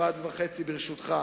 משפט וחצי, ברשותך,